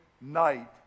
night